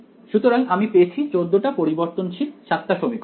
সুতরাং আমি পেয়েছি 14 টা পরিবর্তনশীল 7 টা সমীকরণ